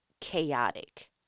chaotic